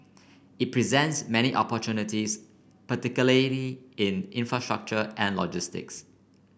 it presents many opportunities particularly in infrastructure and logistics